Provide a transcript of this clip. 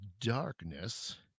darkness